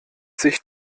sich